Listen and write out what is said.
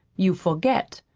you forget.